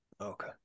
Okay